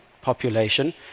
population